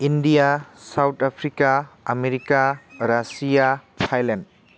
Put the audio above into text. India South Africa America Russia Thailand